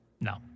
No